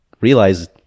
realize